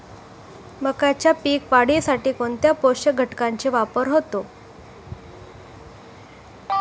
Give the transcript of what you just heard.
मक्याच्या पीक वाढीसाठी कोणत्या पोषक घटकांचे वापर होतो?